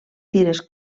tires